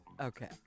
Okay